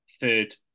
third